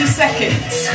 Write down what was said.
seconds